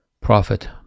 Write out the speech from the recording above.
Prophet